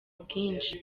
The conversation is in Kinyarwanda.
bwinshi